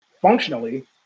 functionally